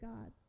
God